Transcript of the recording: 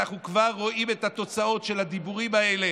ואנחנו כבר רואים את התוצאות של הדיבורים האלה